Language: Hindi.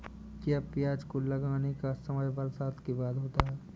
क्या प्याज को लगाने का समय बरसात के बाद होता है?